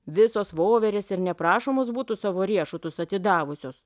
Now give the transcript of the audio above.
visos voverės ir neprašomos būtų savo riešutus atidavusios